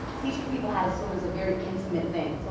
teaching people how to swim as a very intimate thing. so